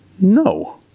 No